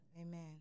Amen